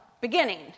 beginning